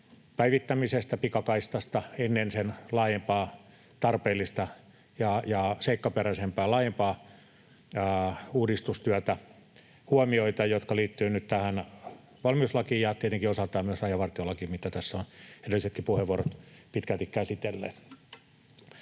päivittämisestä, pikakaistasta, ennen sen laajempaa, tarpeellista ja seikkaperäisempää uudistustyötä — huomioita, jotka liittyvät nyt tähän valmiuslakiin ja tietenkin osaltaan myös rajavartiolakiin, mitä tässä ovat edellisetkin puheenvuorot pitkälti käsitelleet.